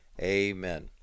amen